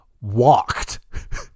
walked